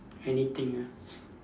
anything ah